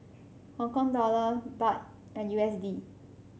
Hong Kong Dollor Baht and U S D